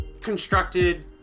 constructed